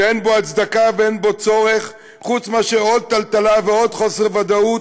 שאין בו הצדקה ואין בו צורך חוץ מאשר עוד טלטלה ועוד חוסר ודאות